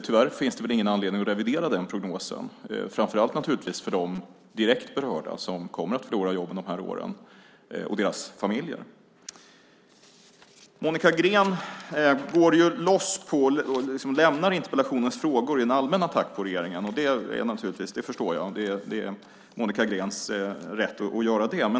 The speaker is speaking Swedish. Tyvärr finns det väl ingen anledning att revidera den prognosen, framför allt vad gäller de direkt berörda, de som kommer att förlora jobbet under dessa år, samt deras familjer. Monica Green går loss och lämnar interpellationens frågor för en allmän attack på regeringen, och det förstår jag; det är Monica Greens rätt att göra det.